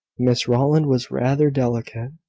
miss rowland was rather delicate,